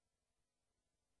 הכנסת.